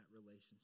relationship